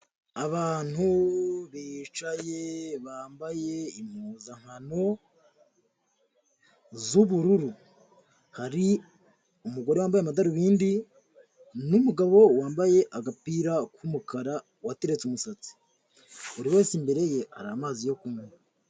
Abantu bicaye bambaye impuzankano z'ubururu, hari umugore wambaye amadarubindi n'umugabo wambaye agapira k'umukara wateretse umusatsi, buri wese imbere ye hari amazi yo kunywa.